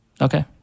Okay